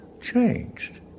changed